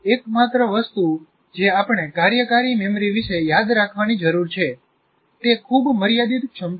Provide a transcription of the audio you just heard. એકમાત્ર વસ્તુ જે આપણે કાર્યકારી સ્મૃતિ વિશે યાદ રાખવાની જરૂર છે તે ખૂબ મર્યાદિત ક્ષમતા છે